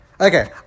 Okay